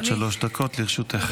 עד שלוש דקות לרשותך.